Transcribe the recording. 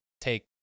take